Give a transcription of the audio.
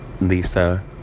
Lisa